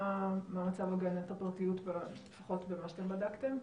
מה מצב הגנת הפרטיות לפחות במה שאתם בדקתם?